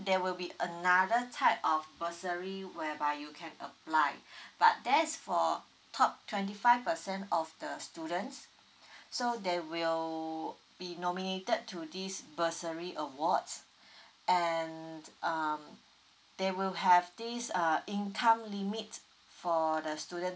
there will be another type of bursary whereby you can apply but that is for top twenty five percent of the students so they will be nominated to this bursary awards and um they will have this err income limit for the student